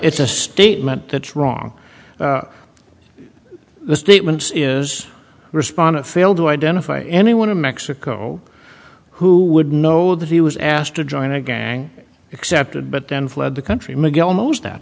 it's a statement that's wrong the statement is respondent failed to identify anyone in mexico who would know that he was asked to join a gang accepted but then fled the country miguel most that